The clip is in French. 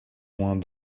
moins